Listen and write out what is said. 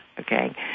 Okay